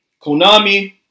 Konami